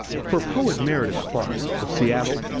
for poet meredith clark of seattle,